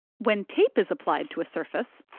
when tape is applied to a surface,